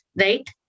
right